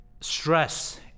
stress